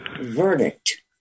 verdict